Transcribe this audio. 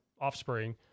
offspring